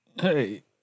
Hey